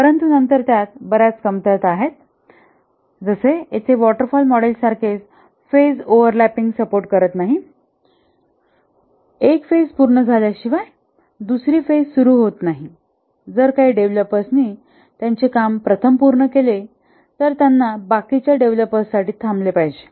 परंतु नंतर त्यात बर्याच कमतरता आहेत जसे येथे वॉटर फॉल मॉडेलसारखेच फेज ओवरलॅपिंग सपोर्ट करत नाही एक फेज पूर्ण झाल्याशिवाय दुसरी फेज सुरू होत नाही जर काही डेव्हलपरनी त्यांचे काम प्रथम पूर्ण केले तर त्यांनी बाकीच्या डेवलपर साठी थांबले पाहिजे